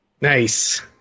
Nice